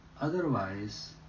Otherwise